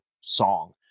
song